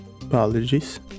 Apologies